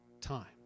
Time